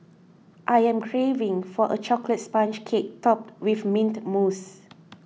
I am craving for a Chocolate Sponge Cake Topped with Mint Mousse